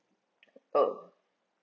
oh